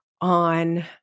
on